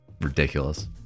Ridiculous